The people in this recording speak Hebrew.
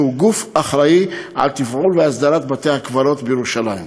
שהיא הגוף שאחראי לתפעול ולהסדרת בתי-הקברות בירושלים.